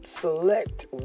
select